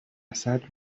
وسط